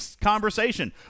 conversation